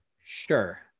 sure